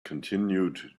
continued